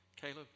Caleb